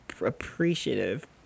appreciative